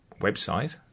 website